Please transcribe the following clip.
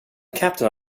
captain